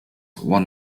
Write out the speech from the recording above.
one